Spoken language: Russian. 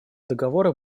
договора